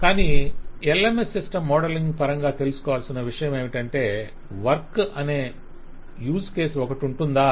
కానీ LMS system modelling పరంగా తెలుసుకోవాల్సిన విషయమేమంటే వర్క్ అనే యూస్ కేసు ఒకటుంటుందా అని